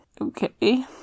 Okay